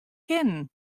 kinnen